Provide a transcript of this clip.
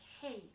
hey